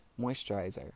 moisturizer